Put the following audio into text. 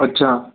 अच्छा